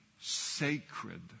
sacred